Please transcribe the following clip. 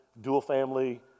dual-family